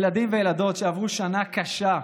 ילדים וילדות שעברו שנה קשה,